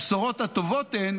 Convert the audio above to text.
הבשורות הטובות הן